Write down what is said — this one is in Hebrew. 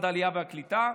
על משרד העלייה והקליטה.